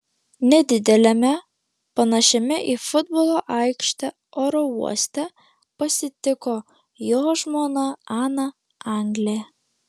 nedideliame panašiame į futbolo aikštę oro uoste pasitiko jo žmona ana anglė